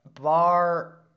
bar